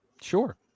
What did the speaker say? Sure